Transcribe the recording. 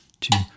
two